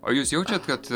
o jūs jaučiat kad